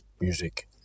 music